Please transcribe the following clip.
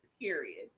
Period